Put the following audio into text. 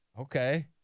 okay